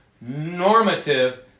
normative